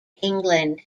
england